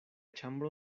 ĉambro